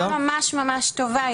שאלה ממש ממש טובה.